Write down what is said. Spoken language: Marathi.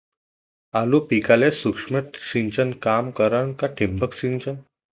आलू पिकाले सूक्ष्म सिंचन काम करन का ठिबक सिंचन?